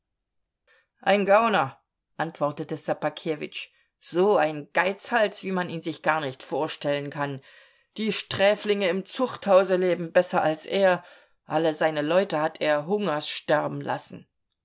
ein gauner antwortete ssobakewitsch so ein geizhals wie man ihn sich gar nicht vorstellen kann die sträflinge im zuchthause leben besser als er alle seine leute hat er hungers sterben lassen